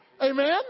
Amen